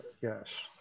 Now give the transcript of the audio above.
Yes